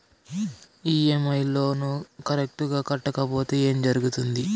EMI loan correct గా కట్టకపోతే ఏం జరుగుతుంది